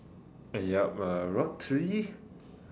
yup uh rod three